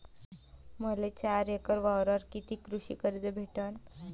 मले चार एकर वावरावर कितीक कृषी कर्ज भेटन?